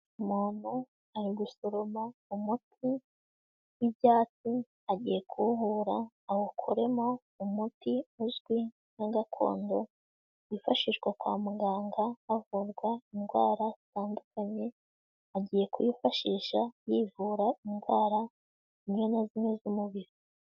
Umuntu ari gusoroma umuti w'ibyatsi, agiye kuwuhura awukoremo umuti uzwi nka gakondo wifashishwa kwa muganga havurwa indwara zitandukanye, agiye kuwifashisha yivura indwara zimwe na zimwe z'umubiri.